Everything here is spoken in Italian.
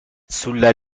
sulla